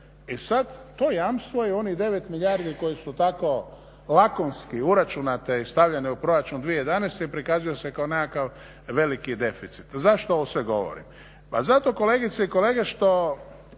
i sad to jamstvo je onih 9 milijardi koje su tako lakonski uračunate i stavljene u proračun 2011. prikazuje se kao nekakav veliki deficit. Zašto ovo sve govorim? Pa zato kolegice i kolege što